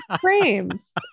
frames